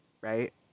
right